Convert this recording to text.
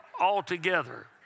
altogether